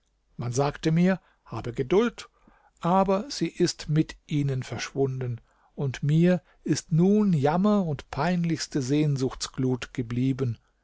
man sagte mir habe geduld aber sie ist mit ihnen verschwunden und mir ist nun jammer und peinlichste sehnsuchtsglut geblieben